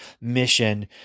mission